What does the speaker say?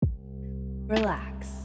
Relax